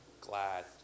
glad